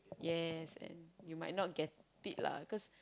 yes and you might not get it lah cause